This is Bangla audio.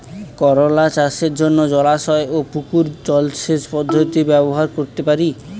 করোলা চাষের জন্য জলাশয় ও পুকুর জলসেচ পদ্ধতি ব্যবহার করতে পারি?